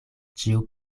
ĉio